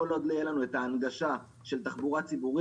כל עוד לא תהיה לנו הנגשה של התחבורה הציבורית,